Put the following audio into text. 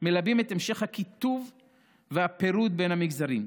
מלבים את המשך הקיטוב והפירוד בין המגזרים?